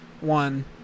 one